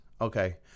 Okay